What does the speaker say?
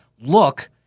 look